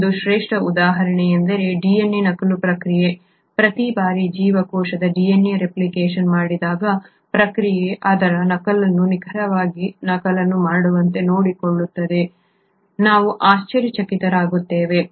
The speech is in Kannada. ಒಂದು ಶ್ರೇಷ್ಠ ಉದಾಹರಣೆಯೆಂದರೆ DNA ನಕಲು ಪ್ರಕ್ರಿಯೆ ಪ್ರತಿ ಬಾರಿ ಜೀವಕೋಶದ DNA ರೆಪ್ಲಿಕೇಷನ್ ಮಾಡಿದಾಗ ಪ್ರಕ್ರಿಯೆಯು ಅದರ ನಕಲನ್ನು ನಿಖರವಾಗಿ ನಕಲನ್ನು ಮಾಡುವಂತೆ ನೋಡಿಕೊಳ್ಳುತ್ತದೆ ಎಂದು ತಿಳಿದು ನಾವು ಆಶ್ಚರ್ಯಚಕಿತರಾಗುತ್ತೇವೆ